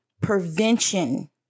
prevention